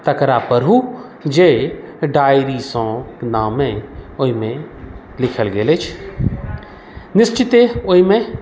तकरा पढ़ु जे डायरीसँ नामे ओहिमे लिखल गेल अछि निश्चिते ओहिमे